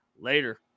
Later